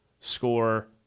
score